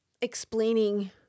explaining